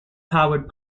powered